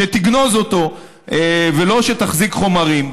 שתגנוז אותו ולא שתחזיק חומרים.